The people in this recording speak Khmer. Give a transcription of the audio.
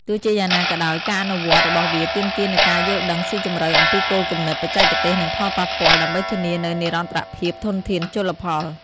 ទោះជាយ៉ាងណាក៏ដោយ ការអនុវត្តរបស់វាទាមទារនូវការយល់ដឹងស៊ីជម្រៅអំពីគោលគំនិត បច្ចេកទេស និងផលប៉ះពាល់ ដើម្បីធានានូវនិរន្តរភាពធនធានជលផល។